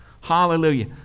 Hallelujah